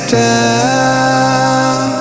down